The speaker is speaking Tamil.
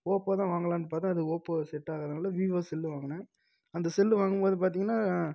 ஓப்போ தான் வாங்கலாம் பார்த்தா அது ஓப்போ செட்டாகாதனால் விவோ செல்லு வாங்கினேன் அந்த செல்லு வாங்கும்போது பார்த்தீங்கன்னா